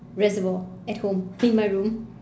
reservoir at home in my room